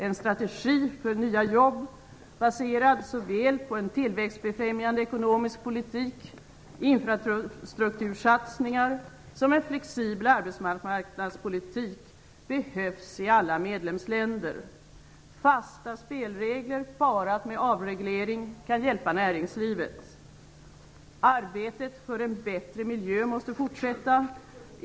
En strategi för nya jobb, baserad på såväl en tillväxtbefrämjande ekonomisk politik, infrastruktursatsningar som en flexibel arbetsmarknadspolitik, behövs i alla medlemsländer. Fasta spelregler parat med avreglering kan hjälpa näringslivet. Arbetet för en bättre miljö måste fortsätta.